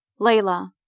Layla